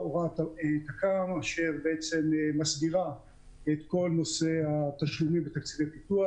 הוראת תכ"ם אשר בעצם מסדירה את כל נושא התשלומים לתקציבי פיתוח.